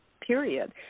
period